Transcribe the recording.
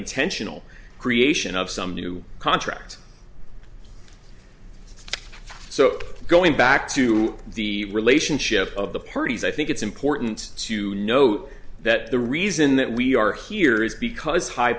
intentional creation of some new contract so going back to the relationship of the parties i think it's important to note that the reason that we are here is because high